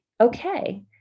okay